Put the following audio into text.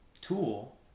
tool